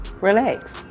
Relax